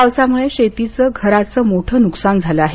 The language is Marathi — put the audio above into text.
पावसामुळे शेतीचं घरांचं मोठं नुकसान झालं आहे